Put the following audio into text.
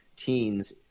teens